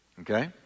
okay